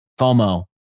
FOMO